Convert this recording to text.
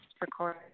record